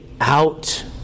out